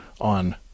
on